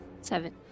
Seven